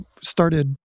started